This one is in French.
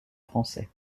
français